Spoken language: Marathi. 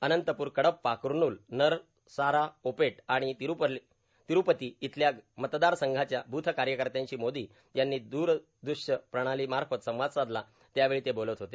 अनंतप्र कडप्पा कूर्नूल नरसाराओपेट आणि तिरूपती इथल्या मतदार संघाच्या ब्थ कार्यकर्त्यांशी मोदी यांनी दुरदृष्य प्रणाली मार्फत संवाद साधला त्यावेळी ते बोलत होते